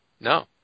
no